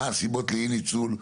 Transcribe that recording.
מה הסיבות לאי ניצול?